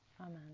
Amen